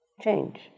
change